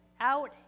out